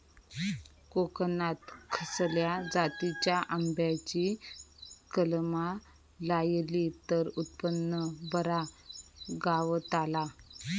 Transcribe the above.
कोकणात खसल्या जातीच्या आंब्याची कलमा लायली तर उत्पन बरा गावताला?